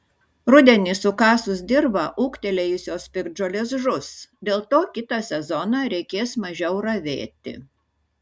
rudenį sukasus dirvą ūgtelėjusios piktžolės žus dėl to kitą sezoną reikės mažiau ravėti